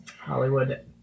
Hollywood